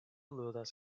ludas